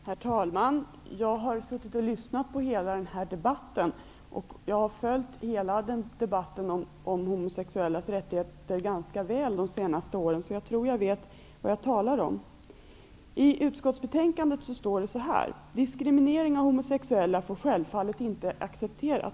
Herr talman! Jag har lyssnat på hela den här debatten, och jag har också följt debatten om de homosexuellas rättigheter under de senaste åren. Därför tror jag att jag vet vad jag talar om. I utskottsbetänkandet står det så här: ''Diskriminering av homosexuella får självfallet inte accepteras.''